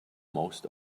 most